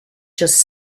just